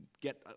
get